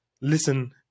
listen